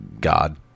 god